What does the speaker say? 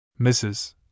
Mrs